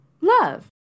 love